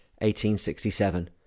1867